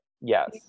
Yes